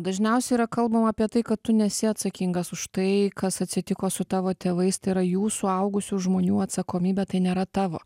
dažniausiai yra kalbama apie tai kad tu nesi atsakingas už tai kas atsitiko su tavo tėvais tai yra jų suaugusių žmonių atsakomybė tai nėra tavo